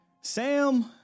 Sam